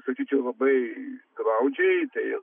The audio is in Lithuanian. žodžiu čia labai glaudžiai tai